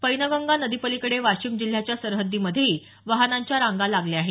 पैनगंगा नदी पलिकडे वाशिम जिल्ह्याच्या सरहद्दीमध्येही वाहनांच्या रांगा लागल्या आहेत